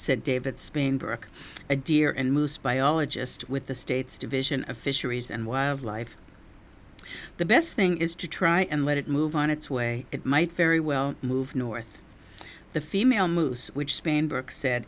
said david spain book a deer and moose biologist with the state's division of fisheries and wildlife the best thing is to try and let it move on its way it might very well move north the female which s